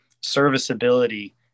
serviceability